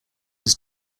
was